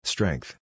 Strength